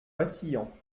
vacillant